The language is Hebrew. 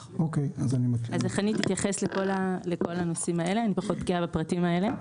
אני פחות בקיאה בפרטים האלה.